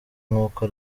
nk’uko